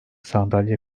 sandalye